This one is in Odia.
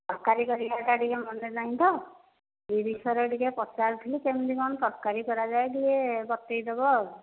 ତରକାରୀ କରିବାଟା ଟିକେ ମନେ ନାହିଁ ତ ସେ ବିଷୟରେ ଟିକେ ପଚାରୁଥିଲି କେମିତି କ'ଣ ତରକାରୀ କରାଯାଏ ଟିକେ ବତାଇଦେବ ଆଉ